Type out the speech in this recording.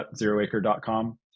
zeroacre.com